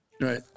right